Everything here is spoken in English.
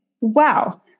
wow